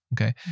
Okay